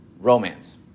romance